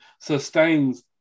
sustains